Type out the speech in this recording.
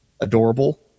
adorable